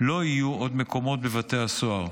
לא יהיו עוד מקומות בבתי הסוהר.